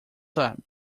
time